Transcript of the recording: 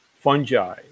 Fungi